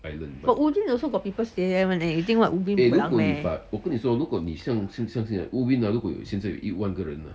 but ubin also got people stay there [one] eh you think what ubin meh